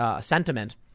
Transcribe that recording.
sentiment